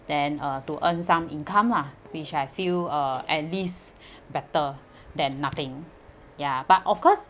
then uh to earn some income lah which I feel uh at least better than nothing ya but of course